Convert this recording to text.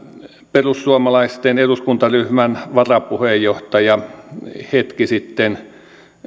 perussuomalaisten eduskuntaryhmän varapuheenjohtaja hetki sitten